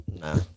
Nah